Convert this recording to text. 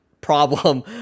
problem